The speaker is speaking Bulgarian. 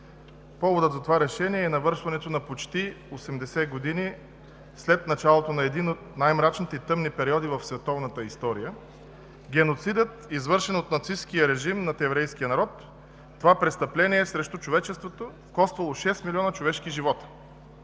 Поводът за това решение е навършването на почти 80 години след началото на един от най-мрачните и тъмни периоди в световната история – геноцидът, извършен от нацисткия режим над еврейския народ, това престъпление срещу човечеството, коствало 6 милиона човешки живота.